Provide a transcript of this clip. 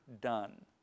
done